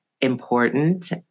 important